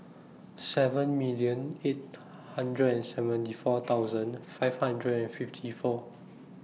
seven million eight hundred and seventy four thousand five hundred and fifty four